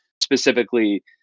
specifically